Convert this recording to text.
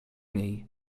niej